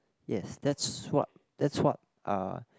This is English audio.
yes that's what that's what uh